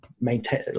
maintain